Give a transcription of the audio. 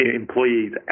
employees